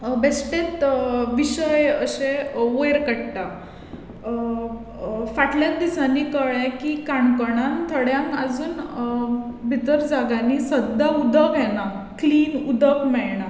बेश्टेच विशय अशे वयर काडटा फाटल्यांच दिसांनी कळ्ळें की काणकोणांत थोड्यांक अजून भितर जाग्यांनी सदां उदक येना क्लीन उदक मेळणा